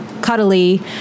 cuddly